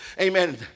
amen